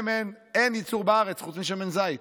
שמן, אין ייצור בארץ, חוץ משמן זית.